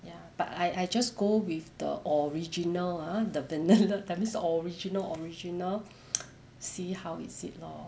ya but I I just go with the original ah the vanilla that means original original see how is it lor